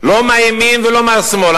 לא מהימין ולא מהשמאל.